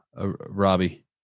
Robbie